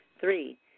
Three